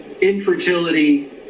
infertility